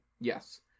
Yes